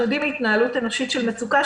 אנחנו יודעים מהתנהלות אנושית של מצוקה,